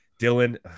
Dylan